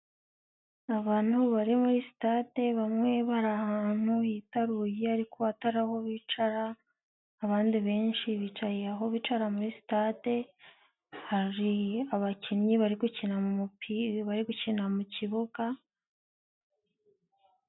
Abantu bari muri sitade bamwe bari ahantu hitaruye ariko atari aho bicara, abandi benshi bicaye aho bicara muri sitade, hari abakinnyi bari gukina umupira bari gukinara mu kibuga...